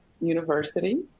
university